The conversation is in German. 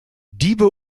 diebe